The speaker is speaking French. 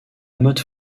motte